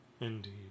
Indeed